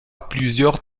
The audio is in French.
plusieurs